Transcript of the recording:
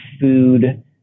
food